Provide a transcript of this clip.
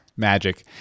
magic